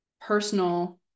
personal